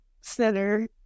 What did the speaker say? Center